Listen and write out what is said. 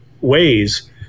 ways